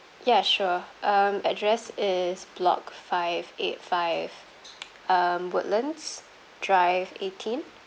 ya sure um address is block five eight five um woodlands drive eighteen